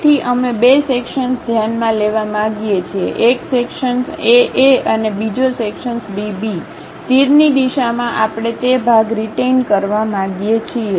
તેથી અમે બે સેક્શન ધ્યાનમાં લેવા માંગીએ છીએ એક સેક્શન AA અને બીજો સેક્શન BB તીરની દિશામાં આપણે તે ભાગ રિટેઈન કરવા માંગીએ છીએ